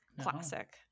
Classic